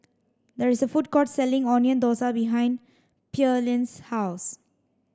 there is a food court selling onion Thosai behind Pearline's house